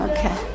Okay